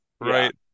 right